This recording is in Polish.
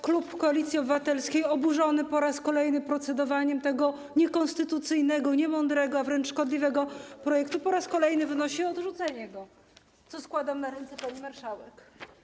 Klub Koalicji Obywatelskiej oburzony po raz kolejny procedowaniem tego niekonstytucyjnego, niemądrego, wręcz szkodliwego projektu po raz kolejny wnosi o odrzucenie go, co składam na ręce pani marszałek.